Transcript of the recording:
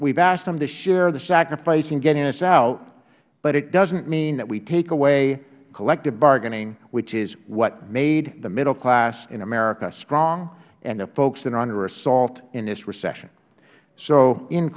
have asked them to share the sacrifice in getting us out but it doesnt mean that we take away collective bargaining which is what made the middle class in america strong and the folks that are under assault in this recession so in